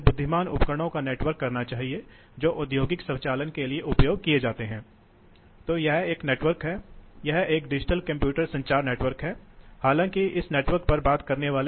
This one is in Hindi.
हम समझाने और प्रदर्शित करने जा रहे हैं एक तरह के अनुप्रयोग के लिए जो उद्योग में बहुत आम है सबसे पहले हम क्या देखने जा रहे हैं